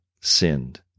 sinned